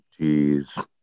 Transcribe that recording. Jeez